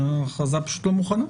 ההכרזה פשוט לא מוכנה.